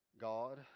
God